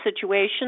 situation